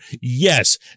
Yes